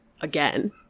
again